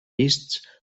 vists